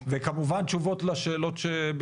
1 בדצמבר,